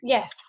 Yes